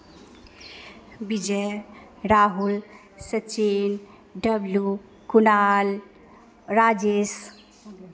Vijay Rahul Sachin W Kunal Rajesh